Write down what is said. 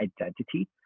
identity